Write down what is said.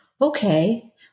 okay